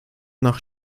nach